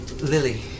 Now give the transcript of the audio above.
Lily